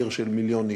לעיר של מיליון איש.